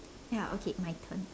ya okay my turn